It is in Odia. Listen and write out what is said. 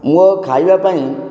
ମୋ ଖାଇବା ପାଇଁ